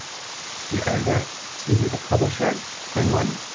the editor excuse me, the publisher, penguin,